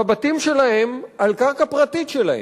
בבתים שלהם, על קרקע פרטית שלהם.